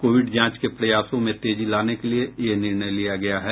Covid जांच के प्रयासों में तेजी लाने के लिये ये निर्णय लिया गया है